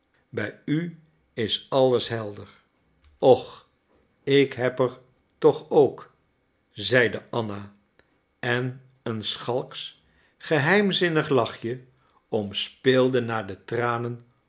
bij u is alles helder och ik heb er toch ook zeide anna en een schalksch geheimzinnig lachje omspeelde na de tranen